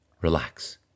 Relax